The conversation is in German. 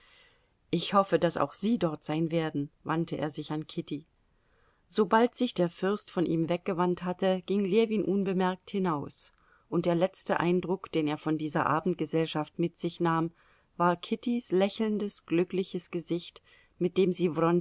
ich hoffe daß auch sie dort sein werden wandte er sich an kitty sobald sich der fürst von ihm weggewandt hatte ging ljewin unbemerkt hinaus und der letzte eindruck den er von dieser abendgesellschaft mit sich nahm war kittys lächelndes glückliches gesicht mit dem sie